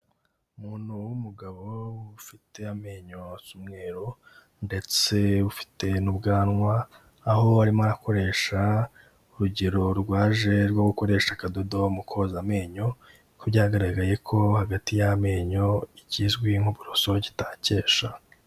Umuntu w'umugabo ufite amenyo asa umweru ndetse ufite n'ubwanwa, aho arimo arakoresha urugero rwaje rwo gukoresha akadodo mu koza amenyo kuko byagaragaye ko hagati y'amenyo, ikizwi nk'uburoso kitahakesha.